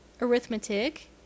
arithmetic